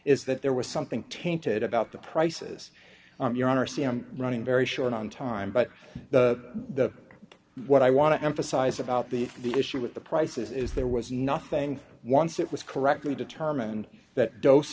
is that there was something tainted about the prices on your own r c i'm running very short on time but the what i want to emphasize about the the issue with the prices is there was nothing for once it was correctly determined that dose